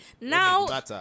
now